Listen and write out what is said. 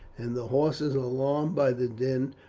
and the horses, alarmed by the din,